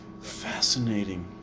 fascinating